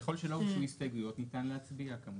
ככל שלא הסתייגויות, ניתן להצביע כמובן.